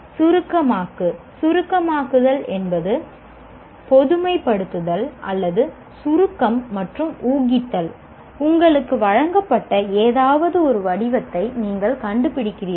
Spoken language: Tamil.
சுருக்கமாக்கு சுருக்கமாக்குதல் என்பது பொதுமைப்படுத்துதல் அல்லது சுருக்கம் மற்றும் ஊகித்தல் உங்களுக்கு வழங்கப்பட்ட ஏதாவது ஒரு வடிவத்தை நீங்கள் கண்டுபிடிக்கிறீர்கள்